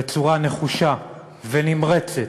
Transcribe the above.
בצורה נחושה ונמרצת,